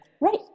Right